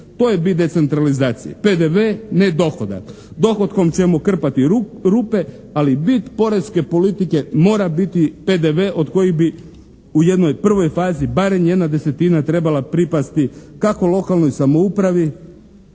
To je bit decentralizacije, PDV ne dohodak. Dohotkom ćemo krpati rupe, ali bit poreske politike mora biti PDV od kojih bi u jednoj prvoj fazi barem jedna desetina trebala pripasti kako lokalnoj samoupravi,